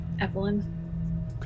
Evelyn